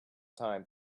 time